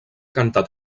cantat